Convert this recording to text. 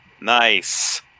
Nice